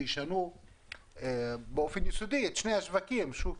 שישנו באופן יסודי את שני השווקים שוק